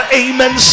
amen